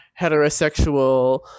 heterosexual